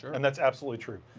and that's absolutely true.